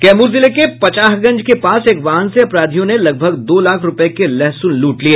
कैमूर जिले के पछाहगंज के पास एक वाहन से अपराधियों ने लगभग दो लाख रूपये के लहसून लूट लिया